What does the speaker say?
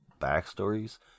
backstories